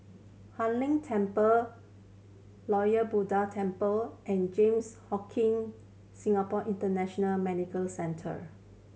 Hai Inn Temple Lord Buddha Temple and Johns Hopkin Singapore International Medical Centre